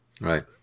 right